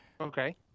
Okay